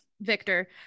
Victor